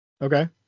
Okay